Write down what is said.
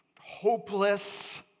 hopeless